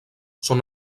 són